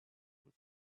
with